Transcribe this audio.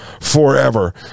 forever